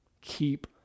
Keep